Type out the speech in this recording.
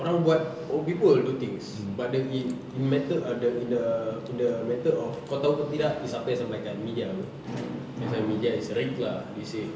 orang buat people will do things but then if in matter of the in the in the matter of kau tahu ke tidak is siapa yang sampaikan media apa that's why media is they say